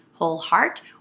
wholeheart